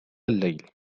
الليل